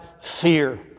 fear